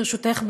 ברשותך,